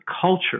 culture